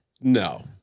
No